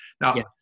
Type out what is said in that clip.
Now